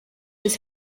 his